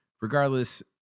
regardless